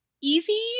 easy